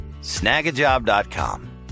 snagajob.com